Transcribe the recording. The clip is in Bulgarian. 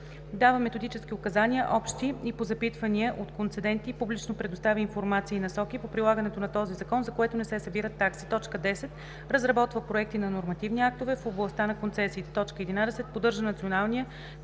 дава методически указания – общи и по запитвания от концеденти, и публично предоставя информация и насоки по прилагането на този Закон, за което не се събират такси; 10. разработва проекти на нормативни актове в областта на концесиите; 11. поддържа Националния